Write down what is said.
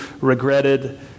regretted